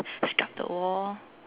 scrub the wall